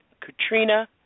Katrina